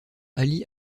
ali